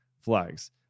flags